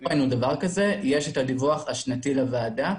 יש את הדיווח השנתי לוועדה.